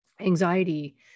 anxiety